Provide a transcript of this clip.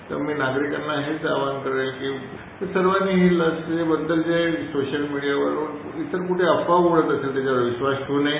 तर मी नागरिकांना हेच आव्हान करेल की सर्वांनी हे जे सोशल मिडियावर व इतर कुठे अफवा होत आहे त्याच्यावर विश्वास ठेवू नये